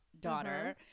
daughter